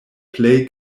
plej